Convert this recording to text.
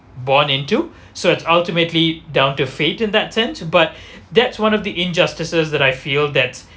born into so it's ultimately down to fate in that sense but that's one of the injustices that I feel that